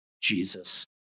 Jesus